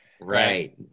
Right